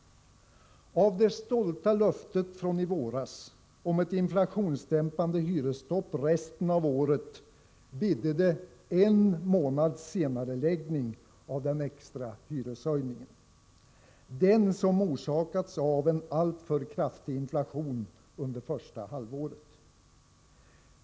Av det stolta löftet från i våras om ett inflationsdämpande hyresstopp resten av året bidde det en månads senareläggning av den extra hyreshöjning en. Den som orsakats av en alltför kraftig inflation under första halvåret.